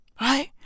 Right